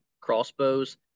crossbows